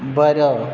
बरो